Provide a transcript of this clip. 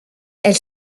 elle